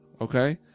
Okay